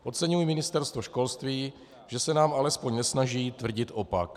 Oceňuji Ministerstvo školství, že se nám alespoň nesnaží tvrdit opak.